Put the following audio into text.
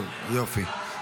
טוב, יופי.